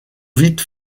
vite